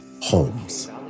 Holmes